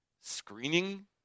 screening